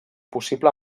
possible